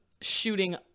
shooting